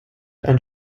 ein